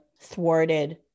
thwarted